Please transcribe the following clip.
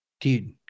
dude